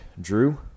Drew